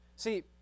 See